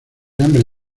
hambre